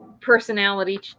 personality